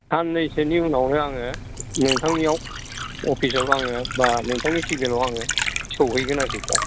साननैसोनि उनावनो आङो नोंथांनियाव अफिस आव आङो एबा नोंथांनि टेबोल आव आङो सहैगोन आरोखि सार